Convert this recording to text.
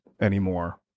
anymore